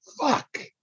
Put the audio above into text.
fuck